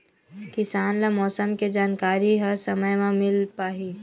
किसान ल मौसम के जानकारी ह समय म मिल पाही?